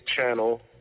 channel